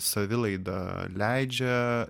savilaida leidžia